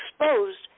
exposed